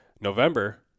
November